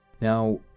Now